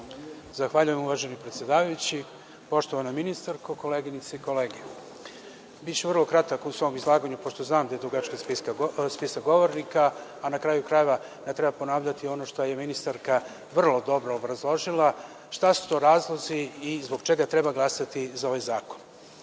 Zahvaljujem, uvaženi predsedavajući. Poštovana ministarko, koleginice i kolege, biću vrlo kratak u svom izlaganju, pošto znam da je dugačak spisak govornika. Na kraju krajeva, ne treba ponavljati ono što je ministarka vrlo dobro obrazložila, šta su to razlozi i zbog čega treba glasati za ovaj zakon. Svoju